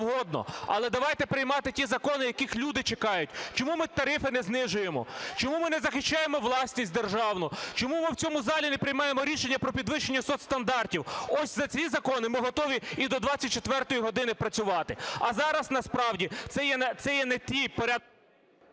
але давайте приймати ті закони, яких люди чекають. Чому ми тарифи не знижуємо? Чому ми не захищаємо власність державну? Чому ми в цьому залі не приймаємо рішення про підвищення соцстандартів? Ось за ці закони, ми готові і до 24 години працювати. А зараз насправді це є… ГОЛОВУЮЧИЙ.